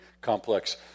complex